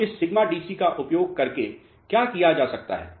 अब इस σDC का उपयोग करके क्या किया जा सकता है